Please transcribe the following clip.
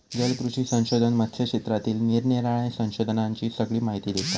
जलकृषी संशोधन मत्स्य क्षेत्रातील निरानिराळ्या संशोधनांची सगळी माहिती देता